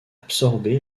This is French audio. absorbé